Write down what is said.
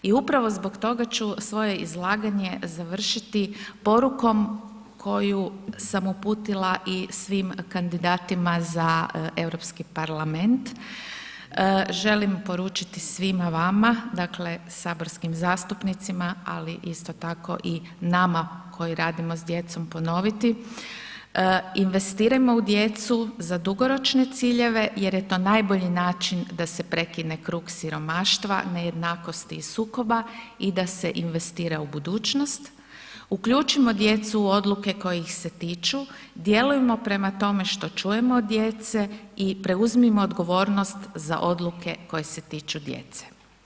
I upravo zbog toga ću svoje izlaganje završiti poruku koma sam uputila i svim kandidatima za Europski parlament, želim poručiti svima vama dakle saborskim zastupnicima, ali isto tako i nama koji radimo s djecom ponoviti, investirajmo u djecu za dugoročne ciljeve jer je to najbolji način da se prekine krug siromaštva, nejednakosti i sukoba i da se investira u budućnost, uključimo djecu u odluke koje ih se tiču, djelujmo prema tome što čujemo od djece i preuzmimo odgovornost za odluke koje se tiču djece.